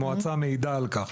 המועצה מעידה על כך.